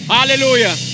Hallelujah